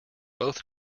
both